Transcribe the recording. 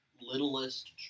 littlest